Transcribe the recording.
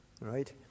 right